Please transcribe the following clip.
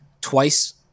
twice